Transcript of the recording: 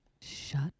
Shut